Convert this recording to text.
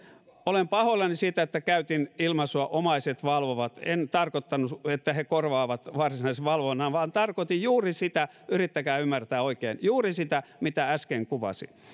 olen pahoillani siitä että käytin ilmaisua omaiset valvovat en tarkoittanut että he korvaavat varsinaisen valvonnan vaan tarkoitin juuri sitä yrittäkää ymmärtää oikein juuri sitä mitä äsken kuvasin